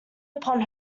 upon